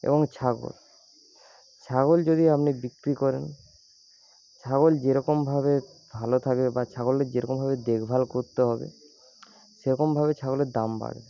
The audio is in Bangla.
এবং ছাগল ছাগল যদি আপনি বিক্রি করেন ছাগল যেরকমভাবে ভালো থাকবে বা ছাগলের যেরকমভাবে দেখভাল করতে হবে সেরকমভাবে ছাগলের দাম বাড়বে